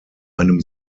einem